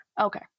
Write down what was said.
Okay